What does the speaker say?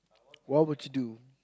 what would you do